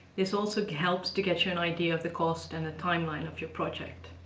this also helps to get you an idea of the cost and the timeline of your project.